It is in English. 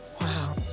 Wow